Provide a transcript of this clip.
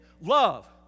Love